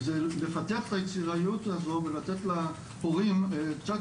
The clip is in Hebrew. זה לפתח את היצירתיות הזו ולתת להורים קצת